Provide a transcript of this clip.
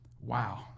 wow